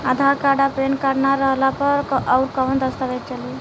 आधार card आ PAN card ना रहला पर अउरकवन दस्तावेज चली?